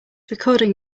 recording